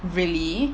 really